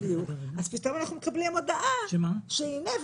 פתאום אנחנו מקבלים הודעה שהינה,